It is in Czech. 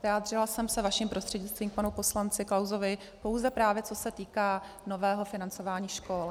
Vyjádřila jsem se vaším prostřednictvím k panu poslanci Klausovi, pouze právě co se týká nového financování škol.